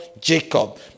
Jacob